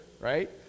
right